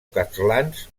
castlans